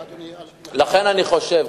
אני חושב,